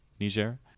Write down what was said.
Niger